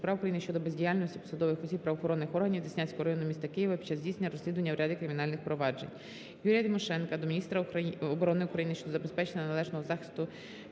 Дякую